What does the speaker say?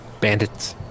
Bandits